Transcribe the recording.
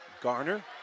Garner